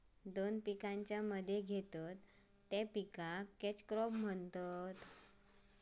दोन पिकांच्या मध्ये घेतत त्या पिकाक कॅच क्रॉप बोलतत